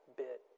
bit